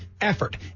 effort